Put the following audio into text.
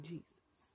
Jesus